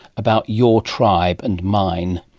about your tribe and mine.